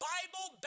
Bible